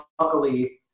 luckily